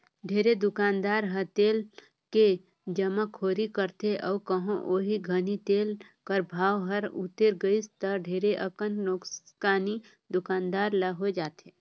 ढेरे दुकानदार ह तेल के जमाखोरी करथे अउ कहों ओही घनी तेल कर भाव हर उतेर गइस ता ढेरे अकन नोसकानी दुकानदार ल होए जाथे